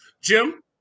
Jim